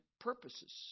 purposes